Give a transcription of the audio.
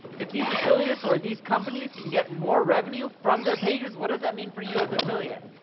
if these affiliates or these companies can get more revenue from their pages what does that mean for you as affiliate,